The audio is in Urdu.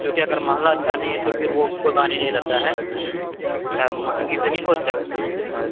کیونکہ اگر محلہ اچھا نہیں ہے تو پھر وہ کوئی معنی نہیں رہتا ہے چاہے مہنگی زمین ہو چاہے وہ سستی زمین ہو